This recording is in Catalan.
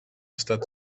estat